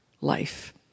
life